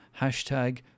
hashtag